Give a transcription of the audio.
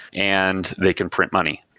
and they can print money.